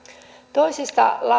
toisesta